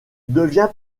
devient